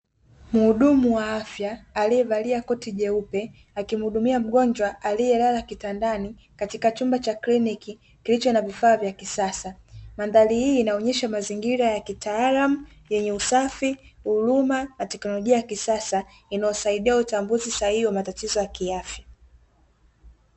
Mhudumu wa afya aliyevalia kofi jeupe akimuhudumia mgonjwa aliyelala kitandani, katika chumba cha kliniki kilicho na vifaa vya kisasa mandhari hii inaonyesha mazingira ya kitaalamu yenye usafi, huruma na teknolojia ya kisasa inayosaidia utambuzi sahihi wa matatizo ya kiafya.